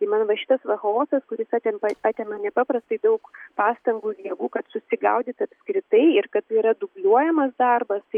tai man va šitas va chaosas kuris atempa atema nepaprastai daug pastangų ir jėgų kad susigaudyt apskritai ir kad tai yra dubliuojamas darbas tai